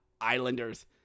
Islanders